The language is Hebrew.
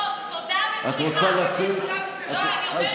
תנקה את החלב מהשפתיים.